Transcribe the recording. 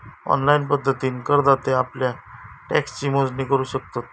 online पद्धतीन करदाते आप्ल्या टॅक्सची मोजणी करू शकतत